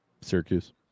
Syracuse